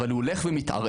אבל הוא הולך ומתערער,